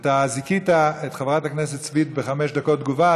אתה זיכית את חברת הכנסת סויד בחמש דקות תגובה,